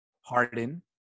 Harden